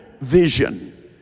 vision